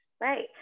right